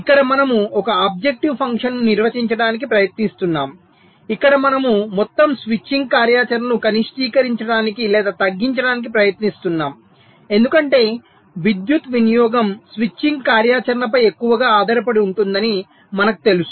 ఇక్కడ మనము ఒక ఆబ్జెక్టివ్ ఫంక్షన్ను నిర్వచించటానికి ప్రయత్నిస్తున్నాము ఇక్కడ మనము మొత్తం స్విచ్చింగ్ కార్యాచరణను కనిష్టీకరించడానికి లేదా తగ్గించడానికి ప్రయత్నిస్తున్నాము ఎందుకంటే విద్యుత్ వినియోగం స్విచ్చింగ్ కార్యాచరణపై ఎక్కువగా ఆధారపడి ఉంటుందని మనకు తెలుసు